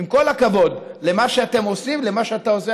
עם כל הכבוד למה שאתם עושים ולמה שאתה עושה,